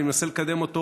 אני מנסה לקדם אותו